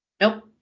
Nope